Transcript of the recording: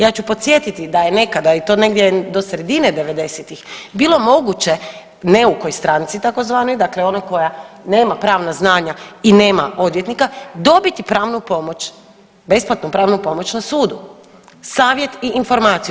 Ja ću podsjetiti da je nekada i to negdje do sredine '90-tih bilo moguće neukoj stranci tzv., dakle onoj koja nema pravna znanja i nema odvjetnika, dobiti pravnu pomoć, besplatnu pravnu pomoć na sudu, savjet i informaciju.